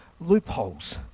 loopholes